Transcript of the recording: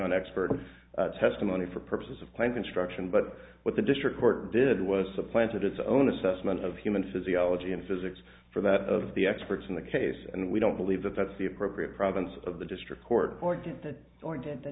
on expert testimony for purposes of plant construction but what the district court did was supplanted its own assessment of human physiology and physics for that of the experts in the case and we don't believe that that's the appropriate province of the district court or did that or didn't the